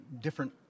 different